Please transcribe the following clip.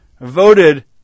voted